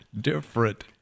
different